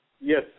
Yes